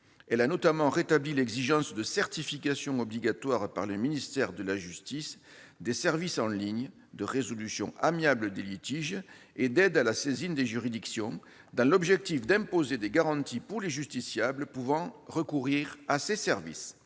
Elle a notamment rétabli l'exigence de certification obligatoire par le ministère de la justice des services en ligne de résolution amiable des litiges et d'aide à la saisine des juridictions, dans l'objectif d'imposer des garanties pour les justiciables pouvant recourir à ces services.